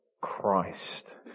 Christ